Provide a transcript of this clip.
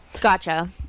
Gotcha